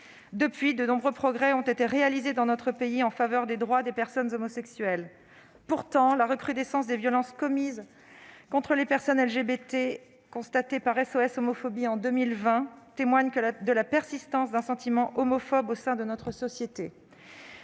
Depuis lors, de nombreux progrès ont été réalisés dans notre pays en faveur des droits des personnes homosexuelles. Pourtant, la recrudescence des violences commises contre les personnes LGBT, constatées par SOS homophobie en 2020, témoigne de la persistance d'un sentiment homophobe au sein de notre société.